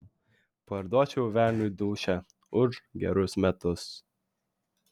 parduočiau velniui dūšią už gerus metus